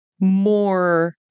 more